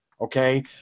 Okay